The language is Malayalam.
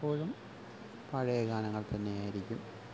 എപ്പോഴും പഴയ ഗാനങ്ങൾ തന്നെയായിരിക്കും